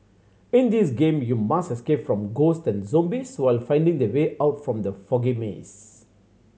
in this game you must escape from ghost and zombies while finding the way out from the foggy maze